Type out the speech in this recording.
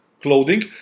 clothing